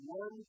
one